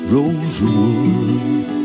Rosewood